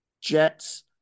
Jets